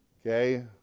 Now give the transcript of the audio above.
Okay